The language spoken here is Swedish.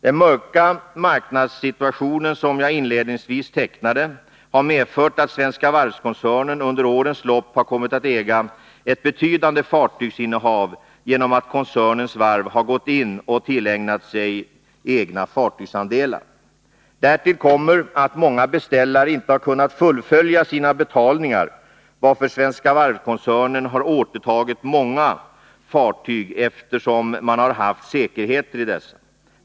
Den mörka marknadssituation som jag inledningsvis tecknade, har medfört att Svenska Varv-koncernen under årens lopp har kommit att ha ett betydande fartygsinnehav genom att koncernens varv har gått in och tillägnat sig egna fartygsandelar. Därtill kommer att många beställare inte har kunnat fullfölja sina betalningar. Svenska Varv-koncernen har då återtagit många fartyg, eftersom man har haft säkerheter i dessa.